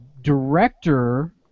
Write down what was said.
director